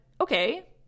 okay